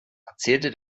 erzählte